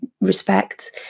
respect